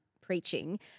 preaching